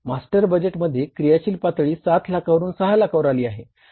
master बजेटमध्ये क्रियाशील पातळी 7 लाखावरून 6 लाखावर आली आहे